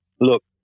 Look